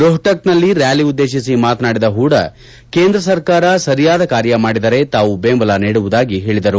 ರೋಹ್ವಕ್ ನಲ್ಲಿ ರಾಲಿ ಉದ್ದೇಶಿಸಿ ಮಾತನಾಡಿದ ಹೂಡಾ ಕೇಂದ್ರ ಸರ್ಕಾರ ಸರಿಯಾದ ಕಾರ್ಯ ಮಾಡಿದರೆ ತಾವು ಬೆಂಬಲ ನೀಡುವುದಾಗಿ ಹೇಳಿದರು